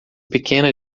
pequena